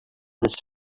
his